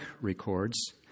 records